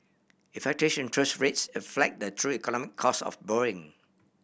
interest rates reflect the true economic cost of borrowing